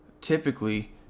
typically